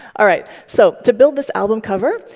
all right. so to build this album cover,